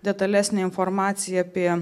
detalesnė informacija apie